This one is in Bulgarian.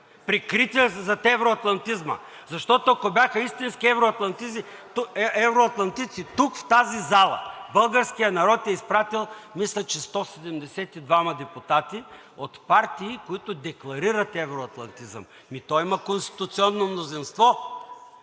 прикрити зад евроатлантизма. Защото, ако бяха истински евроатлантици, тук, в тази зала, българският народ е изпратил, мисля, че 172-ма депутати от партии, които декларират евроатлантизъм. Ами то има конституционно мнозинство,